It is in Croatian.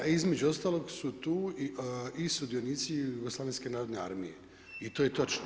Između ostalog su tu i sudionici Jugoslavenske narodne armije i to je točno.